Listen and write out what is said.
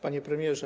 Panie Premierze!